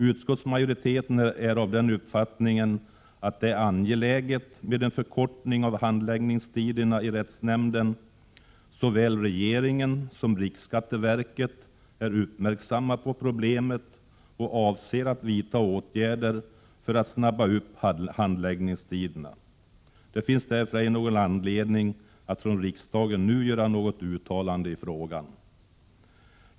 Utskottsmajoritetens uppfattning är att det är angeläget med en förkortning av handläggningstiderna i rättsnämnden. Såväl regeringen som riksskatteverket är uppmärksammade på problemet och avser att vidta åtgärder för att förkorta handläggningstiderna. Därför finns det ingen anledning för riksdagen att nu göra ett uttalande i frågan.